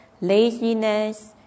laziness